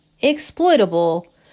exploitable